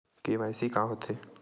KYC का होथे?